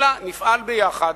אלא נפעל יחד,